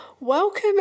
Welcome